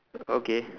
okay